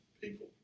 people